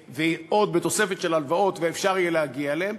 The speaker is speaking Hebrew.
ועוד, בתוספת של הלוואות אפשר יהיה להגיע אליהן,